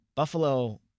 Buffalo